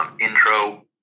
Intro